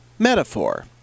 Metaphor